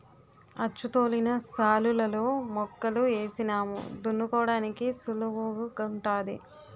అచ్చుతోలిన శాలులలో మొక్కలు ఏసినాము దున్నుకోడానికి సుళువుగుంటాది